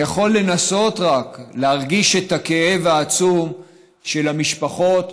אני יכול רק לנסות להרגיש את הכאב העצום של המשפחות